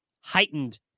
heightened